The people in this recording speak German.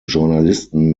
journalisten